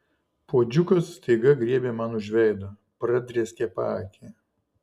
puodžiukas staiga griebė man už veido pradrėskė paakį